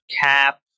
Cap